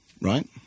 right